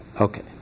okay